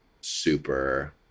super